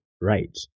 right